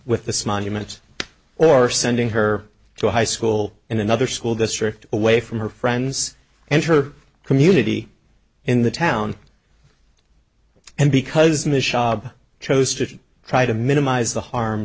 with this monument or sending her to a high school in another school district away from her friends and her community in the town and because ms shaab chose to try to minimize the harm